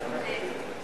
להעביר